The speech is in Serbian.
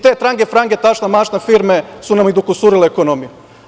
Te trange-frange, tašna-mašna firme su nam i dokusurile ekonomiju.